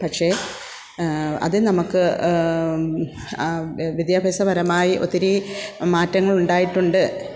പക്ഷേ അത് നമുക്ക് വിദ്യാഭ്യാസപരമായി ഒത്തിരി മാറ്റങ്ങൾ ഉണ്ടായിട്ടുണ്ട്